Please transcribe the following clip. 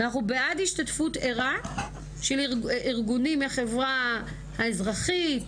אנחנו בעד השתתפות ערה של ארגונים מהחברה האזרחית,